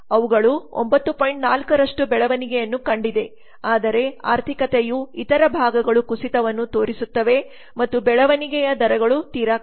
4 ರಷ್ಟು ಬೆಳವಣಿಗೆಯನ್ನು ಕಂಡಿದೆ ಆದರೆ ಆರ್ಥಿಕತೆಯ ಇತರ ಭಾಗಗಳು ಕುಸಿತವನ್ನು ತೋರಿಸುತ್ತವೆ ಮತ್ತು ಬೆಳವಣಿಗೆಯ ದರಗಳು ತೀರಾ ಕಡಿಮೆ